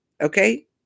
Okay